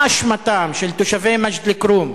מה אשמתם של תושבי מג'ד-אל-כרום,